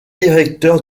directeur